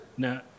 Now